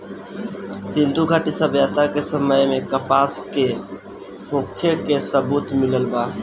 सिंधुघाटी सभ्यता के समय में कपास के होखे के सबूत मिलल बा